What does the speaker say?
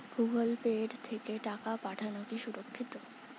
Google পের মাধ্যমে টাকা পাঠানোকে সুরক্ষিত?